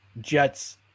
Jets